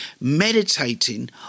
meditating